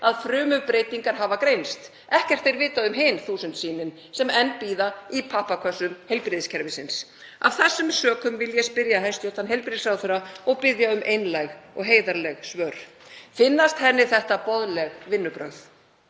að frumubreytingar hafa greinst. Ekkert er vitað um hin 1.000 sýnin sem enn bíða í pappakössum heilbrigðiskerfisins. Af þessum sökum vil ég spyrja hæstv. heilbrigðisráðherra og biðja um einlæg og heiðarleg svör. Finnast henni þetta boðleg vinnubrögð?